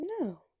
no